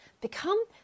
Become